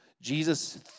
Jesus